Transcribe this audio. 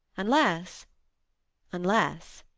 unless unless